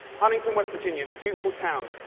huntington, west virginia. beautiful town.